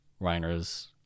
Reiner's